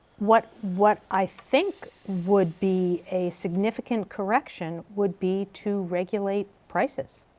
what what i think would be a significant correction would be to regulate prices,